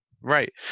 Right